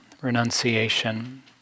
renunciation